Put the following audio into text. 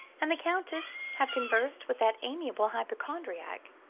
and the countess have conversed with that amiable hypochondriac,